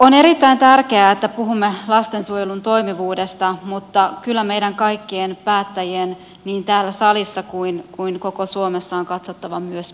on erittäin tärkeää että puhumme lastensuojelun toimivuudesta mutta kyllä meidän kaikkien päättäjien niin täällä salissa kuin koko suomessa on katsottava myös peiliin